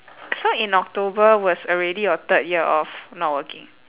so in october was already your third year of not working